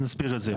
נסביר את זה.